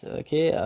okay